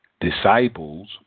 disciples